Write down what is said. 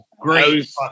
great